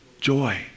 joy